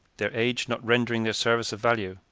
their age not rendering their services of value,